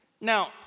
Now